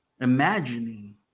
imagining